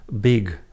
big